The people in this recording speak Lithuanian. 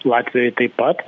latvijoj taip pat